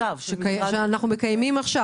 שאנחנו מקיימים עכשיו?